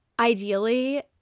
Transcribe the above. ideally